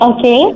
Okay